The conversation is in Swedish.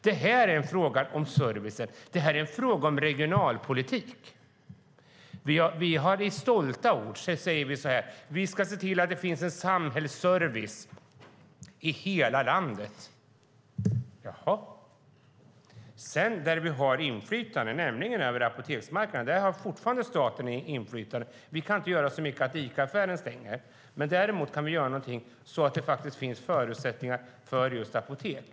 Det är en fråga om service. Det är en fråga om regionalpolitik. Vi säger med stolta ord: Vi ska se till att det finns en samhällsservice i hela landet. Där har vi inflytande över apoteksmarknaden. Där har staten fortfarande inflytande. Vi kan inte göra så mycket åt att ICA-affären stänger. Däremot kan vi göra någonting så att det finns förutsättningar för apotek.